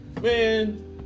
Man